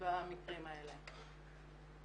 במקרים האלה.